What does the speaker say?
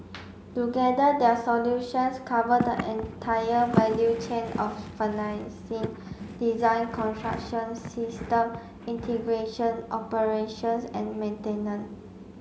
together their solutions cover the entire value chain of financing design construction system integration operations and maintenance